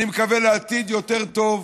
אני מקווה לעתיד יותר טוב,